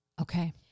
Okay